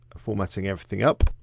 formatting everything up.